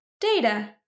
data